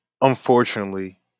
unfortunately